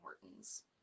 Hortons